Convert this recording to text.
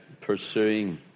pursuing